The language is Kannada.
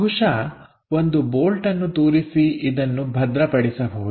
ಬಹುಶಃ ಒಂದು ಬೋಲ್ಟ್ಅನ್ನು ತೂರಿಸಿ ಇದನ್ನು ಭದ್ರಮಾಡಬಹುದು